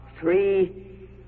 three